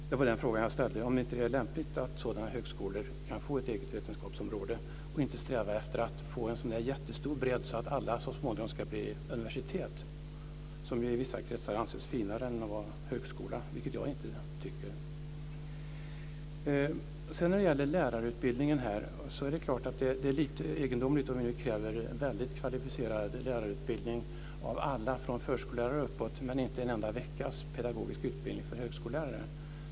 Det var den frågan jag ställde, om det inte är lämpligt att sådana högskolor kan få ett eget vetenskapsområde och inte sträva efter att få en jättestor bredd att alla så småningom ska bli universitet - som i vissa kretsar anses vara finare än att vara högskola, vilket jag inte tycker. När det gäller lärarutbildningen är det lite egendomligt om vi nu kräver väldigt kvalificerad lärarutbildning av alla från förskollärare och uppåt men inte en enda veckas pedagogisk utbildning för högskolelärare.